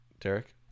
derek